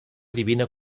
divina